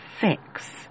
fix